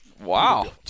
Wow